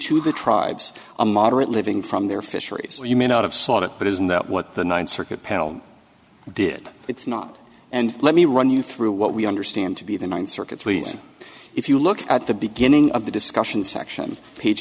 to the tribes a moderate living from their fisheries you may not have sought it but isn't that what the ninth circuit panel did it's not and let me run you through what we understand to be the ninth circuit's least if you look at the beginning of the discussion section page